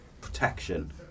protection